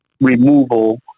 removal